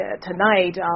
tonight